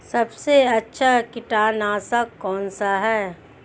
सबसे अच्छा कीटनाशक कौन सा है?